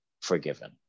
forgiven